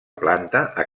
planta